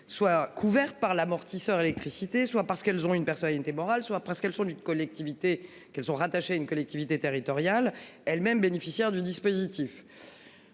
soient couverts par l'amortisseur électricité soit parce qu'elles ont une personnalité morale soit parce qu'elles sont collectivité qu'elles ont rattaché une collectivité territoriale elles-mêmes bénéficiaires du dispositif.